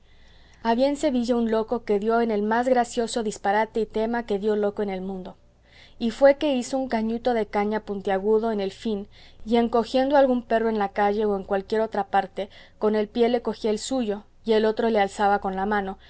en sevilla un loco que dio en el más gracioso disparate y tema que dio loco en el mundo y fue que hizo un cañuto de caña puntiagudo en el fin y en cogiendo algún perro en la calle o en cualquiera otra parte con el un pie le cogía el suyo y el otro le alzaba con la mano